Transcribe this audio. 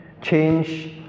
change